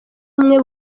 bumwe